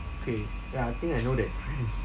K ya I think I know that friend